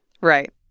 Right